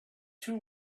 two